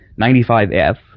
95F